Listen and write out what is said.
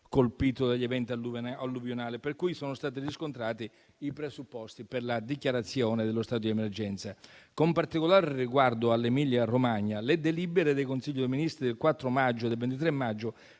colpito dagli eventi alluvionali per cui sono stati riscontrati i presupposti per la dichiarazione dello stato di emergenza. Con particolare riguardo all'Emilia-Romagna, le delibere del Consiglio dei ministri del 4 e del 23 maggio